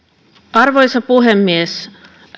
arvoisa puhemies